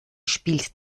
spielt